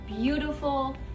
beautiful